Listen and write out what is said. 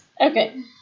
Okay